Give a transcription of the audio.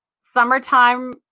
summertime